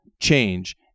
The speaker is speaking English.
change